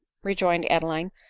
rejoined adeline,